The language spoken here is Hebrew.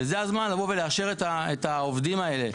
זה הזמן לבוא ולאשר את העובדים האלה.